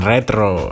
Retro